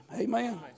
Amen